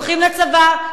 שהולכים לצבא,